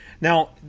Now